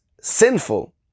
sinful